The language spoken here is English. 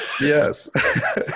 Yes